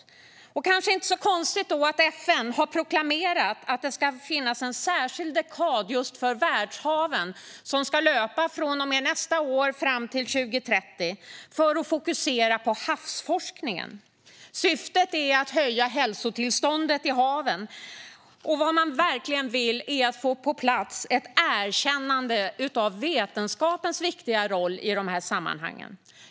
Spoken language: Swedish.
Det är då kanske inte så konstigt att FN har proklamerat att det ska finnas en särskild dekad just för världshaven. Den ska löpa från och med nästa år fram till 2030 för att man ska fokusera på havsforskningen. Syftet är att höja hälsotillståndet i haven. Vad man verkligen vill är att få på plats ett erkännande av vetenskapens viktiga roll i de här sammanhangen.